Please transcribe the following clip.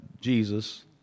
Jesus